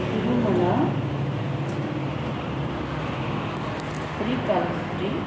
Tirumala Srikalahasti